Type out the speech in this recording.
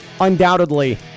undoubtedly